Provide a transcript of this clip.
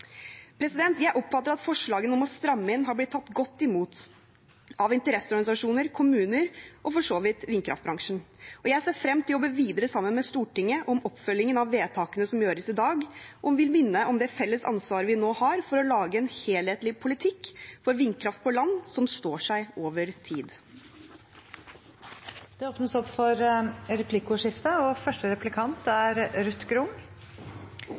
Jeg oppfatter at forslagene om å stramme inn har blitt tatt godt imot av interesseorganisasjoner, kommuner og for så vidt vindkraftbransjen. Jeg ser frem til å jobbe videre sammen med Stortinget om oppfølgingen av vedtakene som gjøres i dag, og vil minne om det felles ansvaret vi nå har for å lage en helhetlig politikk for vindkraft på land som står seg over tid. Det blir replikkordskifte. Fortsatt er 50 pst. av energiforbruket vårt fossilt, og vi mangler mer fornybar energi. Foreløpig er